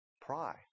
Pride